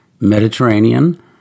Mediterranean